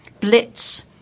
Blitz